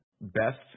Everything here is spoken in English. best